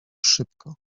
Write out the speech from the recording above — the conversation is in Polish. szybko